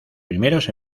primeros